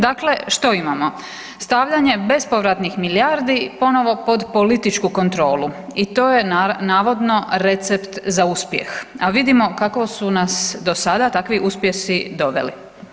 Dakle, što imamo, stavljanje bespovratnih milijardi ponovno pod političku kontrolu i to je navodno recept za uspjeh, a vidimo kako su nas do sada takvi uspjesi doveli.